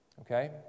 Okay